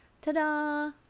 Ta-da